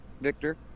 Victor